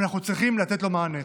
ואנחנו צריכים לתת לו מענה.